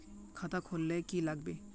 खाता खोल ले की लागबे?